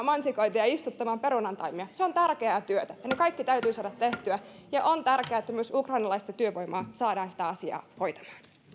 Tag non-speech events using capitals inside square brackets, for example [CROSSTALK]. [UNINTELLIGIBLE] mansikoita ja istuttamaan perunantaimia se on tärkeää työtä ja ne kaikki täytyy saada tehtyä ja on tärkeää että myös ukrainalaista työvoimaa saadaan sitä asiaa hoitamaan